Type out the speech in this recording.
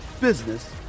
business